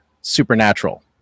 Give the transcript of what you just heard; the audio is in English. supernatural